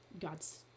god's